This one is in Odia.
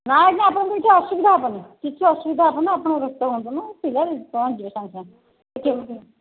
ନାଇଁ ଆଜ୍ଞା ଆପଣଙ୍କ କିଛି ଅସୁବିଧା ହେବନି କିଛି ଅସୁବିଧା ହେବନି ଆପଣ ବ୍ୟସ୍ତ ହୁଅନ୍ତୁନି ପିଲା ପହଞ୍ଚଯିବ ସାଙ୍ଗେ ସାଙ୍ଗେ